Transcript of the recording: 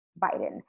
Biden